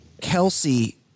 Kelsey